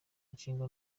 inshinga